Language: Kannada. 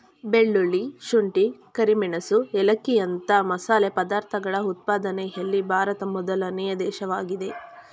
ಬೆಳ್ಳುಳ್ಳಿ, ಶುಂಠಿ, ಕರಿಮೆಣಸು ಏಲಕ್ಕಿಯಂತ ಮಸಾಲೆ ಪದಾರ್ಥಗಳ ಉತ್ಪಾದನೆಯಲ್ಲಿ ಭಾರತ ಮೊದಲನೇ ದೇಶವಾಗಿದೆ